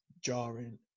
jarring